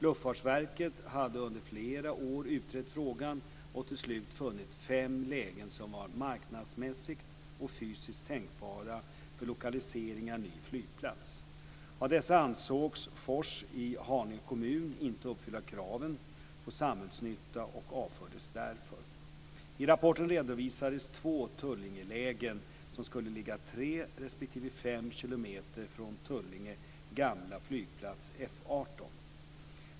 Luftfartsverket hade under flera år utrett frågan och till slut funnit fem lägen som var marknadsmässigt och fysiskt tänkbara för lokalisering av ny flygplats. Av dessa ansågs Fors i Haninge kommun inte uppfylla kraven på samhällsnytta och avfördes därför. I rapporten redovisades två Tullingelägen som skulle ligga tre respektive fem kilometer från Tullinge gamla flygplats F 18.